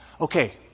Okay